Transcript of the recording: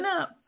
up